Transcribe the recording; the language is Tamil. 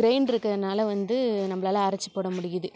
க்ரைண்ட்ரு இருக்கறதுனால வந்து நம்மளால அரைத்து போட முடியுது